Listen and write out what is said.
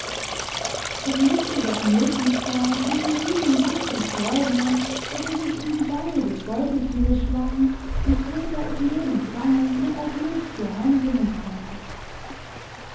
es mußte doch möglich sein diesen riemen so zu schleudern daß er sich um die beine des beutetieres schlang und peter es lebend fangen und als milchtier heimbringen konnte